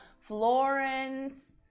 Florence